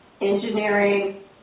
engineering